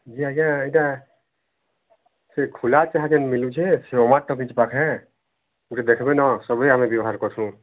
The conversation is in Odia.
ଯି ଆଜ୍ଞା ଏଇଟା ସେ ଖୁଲା ଚାହା ଯେନ୍ ମିଳୁଛେ ସୋମା ଟକିଜ୍ ପାଖେ ଗୋଟେ ଦେଖ୍ବେ ନ ସଭିଁଏ ଆମେ ବ୍ୟବହାର କରୁସୁଁ